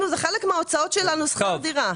זה חלק מההוצאות שלנו לשכר דירה.